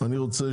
אני רוצה